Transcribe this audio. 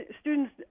students